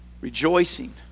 rejoicing